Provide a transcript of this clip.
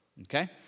Okay